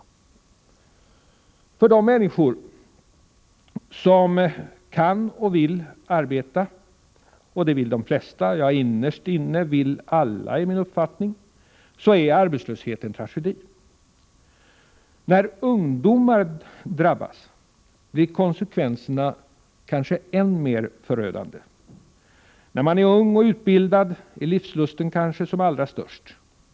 För de människor som kan och vill arbeta — och det vill de flesta: innerst inne alla — är arbetslöshet en tragedi. När ungdomar drabbas blir konsekvenserna kanske än mera förödande. När man är ung och utbildad är livslusten som allra störst.